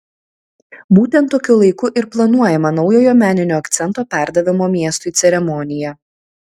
būtent tokiu laiku ir planuojama naujojo meninio akcento perdavimo miestui ceremonija